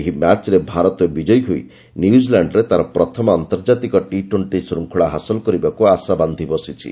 ଏହି ମ୍ୟାଚ୍ରେ ଭାରତ ବିଜୟୀ ହୋଇ ନ୍ୟୁଜିଲାଣ୍ଡରେ ତାର ପ୍ରଥମ ଆନ୍ତର୍ଜାତିକ ଟି ଟୋର୍ଷି ଶୃଙ୍ଖଳା ହାସଲ କରିବାକୁ ଆଶାବାନ୍ଧି ବସିଛି